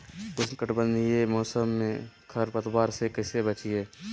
उष्णकटिबंधीय मौसम में खरपतवार से कैसे बचिये?